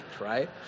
right